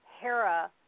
Hera